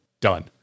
done